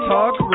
Talk